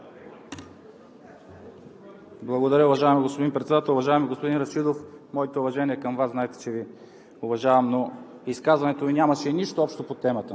Благодаря, уважаеми господин Председател. Уважаеми господин Рашидов, моите уважения към Вас, знаете, че Ви уважавам, но изказването Ви нямаше нищо общо по темата.